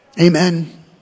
Amen